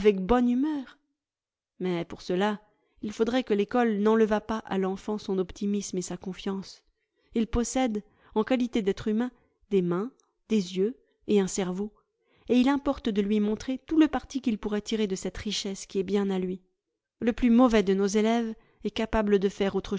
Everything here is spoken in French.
bonne humeur mais pour cela il faudrait que l'ecole n'enlevât pas à l'enfant son optimisme et sa confiance il possède en qualité d'être humain des mains des yeux et un cerveau et il importe de lui montrer tout le parti qu'il pourrait tirer de cette richesse qui est bien à lui le plus mauvais de nos élèves est capable de faire